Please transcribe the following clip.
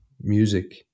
music